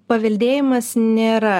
paveldėjimas nėra